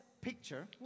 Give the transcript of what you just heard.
picture